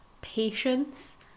patience